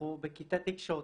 אנחנו בכיתה תקשורתית.